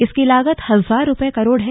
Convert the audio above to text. इसकी लागत हजार रुपये करोड़ है